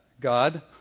God